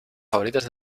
favoritas